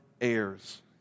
heirs